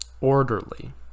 Orderly